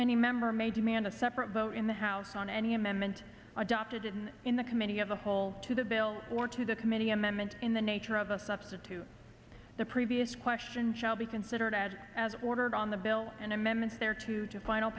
any member may demand a separate vote in the house on any amendment adopted and in the committee of the whole to the bill or to the committee amendment in the nature of a substitute the previous question shall be considered as ordered on the bill and amendments there two to final